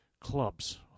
clubs